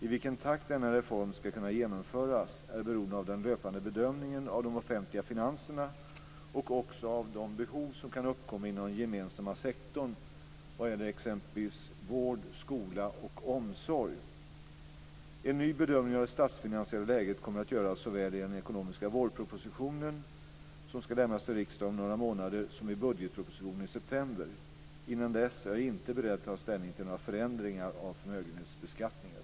I vilken takt denna reform ska kunna genomföras är beroende av den löpande bedömningen av de offentliga finanserna och också av de behov som kan uppkomma inom den gemensamma sektorn vad gäller t.ex. vård, skola och omsorg. En ny bedömning av det statsfinansiella läget kommer att göras såväl i den ekonomiska vårproposition som ska lämnas till riksdagen om några månader som i budgetpropositionen i september. Innan dess är jag inte beredd att ta ställning till några förändringar av förmögenhetsbeskattningen.